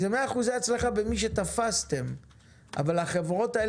זה 100% הצלחה במי שתפסתם אבל החברות האלה